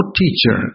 teacher